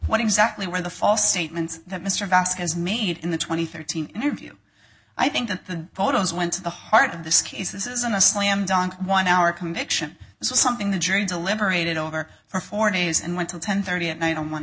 what exactly were the false statements that mr vasquez made in the twenty thirteen interview i think that the photos went to the heart of the skis this isn't a slam dunk won our conviction something the jury deliberated over for four days and went to ten thirty at night on one